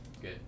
good